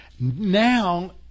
Now